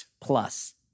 plus